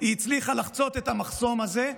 היא הצליחה לחצות את המחסום הזה.